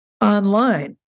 online